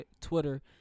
Twitter